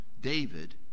David